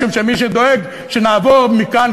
משום שמי שדואג שנעבור מכאן,